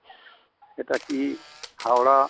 এটা কি হাওড়া